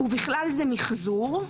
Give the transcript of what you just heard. "ובכלל זה מיחזור".